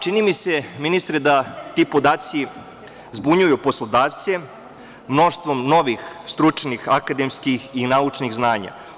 Čini mi se, ministre, da ti podaci zbunjuju poslodavce mnoštvom novih stručnih akademskih i naučnih znanja.